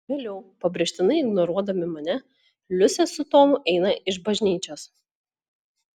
vėliau pabrėžtinai ignoruodami mane liusė su tomu eina iš bažnyčios